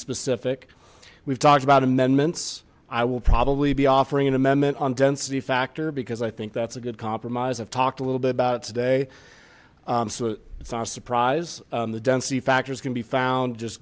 specific we've talked about amendments i will probably be offering an amendment on density factor because i think that's a good compromise have talked a little bit about it today it's not a surprise the density factors can be found just